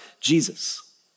Jesus